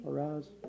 Arise